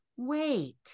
Wait